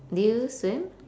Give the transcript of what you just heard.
do you swim